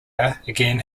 again